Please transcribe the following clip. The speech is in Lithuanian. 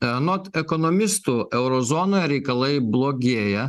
anot ekonomistų euro zonoje reikalai blogėja